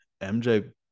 MJ